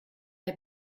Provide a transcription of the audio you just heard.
der